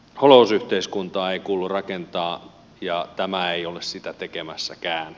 holhousyhteiskuntaa ei kuulu rakentaa ja tämä ei ole sitä tekemässäkään